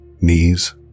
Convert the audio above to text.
knees